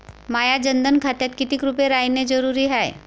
माह्या जनधन खात्यात कितीक रूपे रायने जरुरी हाय?